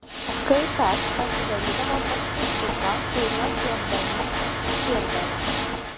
kai kas pasidarydavo paspirtuką kuriuo čiuoždami pasispirdavo